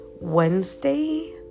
Wednesday